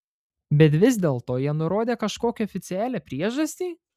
bet vis dėlto jie nurodė kažkokią oficialią priežastį